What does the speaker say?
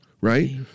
right